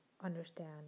understand